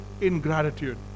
ingratitude